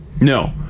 no